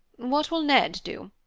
what will ned do?